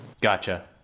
Gotcha